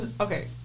Okay